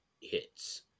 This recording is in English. hits